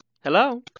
Hello